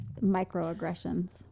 microaggressions